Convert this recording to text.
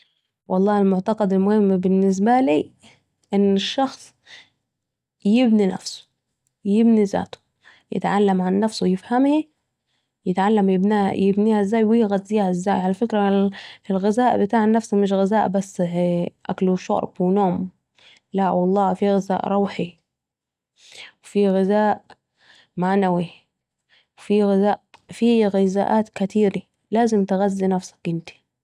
والله المعتقد المهم بالنسبالي أن الشخص يبني نفسه يبني ذاته، يتعلم عن نفسه و يفهمها ، يتعلم يبنيها ازاي ويغذيها ازاي ، على فكرة الغذاء بتاع النفس مش غذاء أكل و شورب و نوم لأ ، لأ والله في غذاء روحي وفي غذاء معنوي في غذاءات كتيره لازم تغذي نفسك أنت